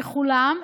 כולם,